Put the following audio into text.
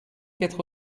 être